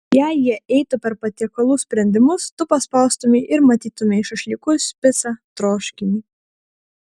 jei jie eitų per patiekalų sprendimus tu paspaustumei ir matytumei šašlykus picą troškinį